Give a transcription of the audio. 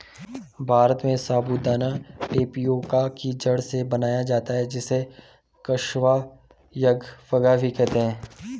भारत में साबूदाना टेपियोका की जड़ से बनाया जाता है जिसे कसावा यागप्पा भी कहते हैं